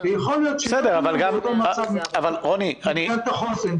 ויכול להיות --- מבחינת החוסן.